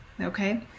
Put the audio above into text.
Okay